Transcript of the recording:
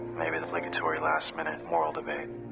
imaybe the obligatory last-minute moral debate.